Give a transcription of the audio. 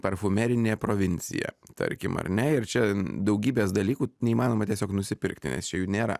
parfumerinė provincija tarkim ar ne ir čia daugybės dalykų neįmanoma tiesiog nusipirkti nes čia jų nėra